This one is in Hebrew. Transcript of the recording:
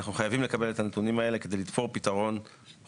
אנחנו חייבים לקבל את הנתונים האלה כדי לתפור פתרון הולם,